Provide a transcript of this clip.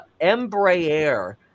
Embraer